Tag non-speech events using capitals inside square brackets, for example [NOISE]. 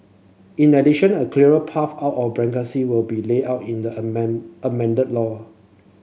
in addition a clearer path out of bankruptcy will be laid out in the [UNINTELLIGIBLE] amended law